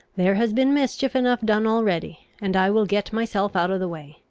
there has been mischief enough done already and i will get myself out of the way.